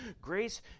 Grace